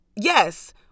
yes